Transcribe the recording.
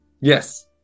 Yes